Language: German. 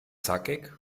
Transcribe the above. zackig